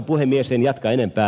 en jatka enempää